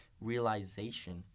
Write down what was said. realization